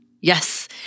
Yes